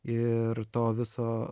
ir to viso